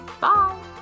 bye